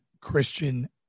Christian